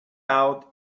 out